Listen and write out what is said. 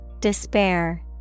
Despair